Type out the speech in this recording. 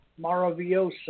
Maravillosa